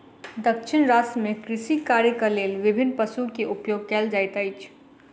दक्षिण राज्य में कृषि कार्यक लेल विभिन्न पशु के उपयोग कयल जाइत अछि